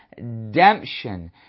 redemption